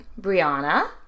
Brianna